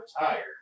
retired